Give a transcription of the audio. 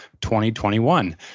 2021